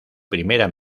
primera